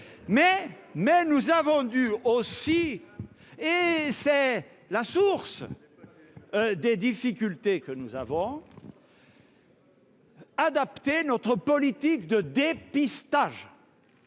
! Nous avons dû aussi, et c'est la source des difficultés que nous avons, adapter notre politique de dépistage,